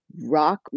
rock